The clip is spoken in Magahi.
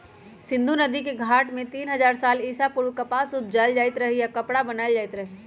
सिंधु नदिके घाट में तीन हजार साल ईसा पूर्व कपास उपजायल जाइत रहै आऽ कपरा बनाएल जाइत रहै